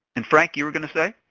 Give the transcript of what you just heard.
and frank you were gonna say?